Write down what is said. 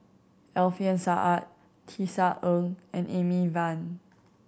Alfian Sa'at Tisa Ng and Amy Van